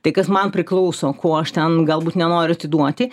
tai kas man priklauso ko aš ten galbūt nenoriu atiduoti